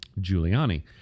Giuliani